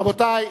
רבותי,